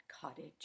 cottage